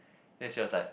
then she was like